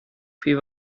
viel